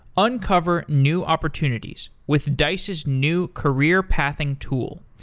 uncover new opportunities with dice's new career-pathing tool,